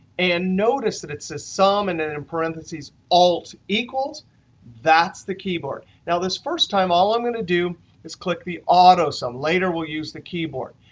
and notice that it says some, and then, and in parentheses, alt equals that's the keyboard. now, this first time, all i'm going to do is click the auto sum. later, we'll use the keyboard.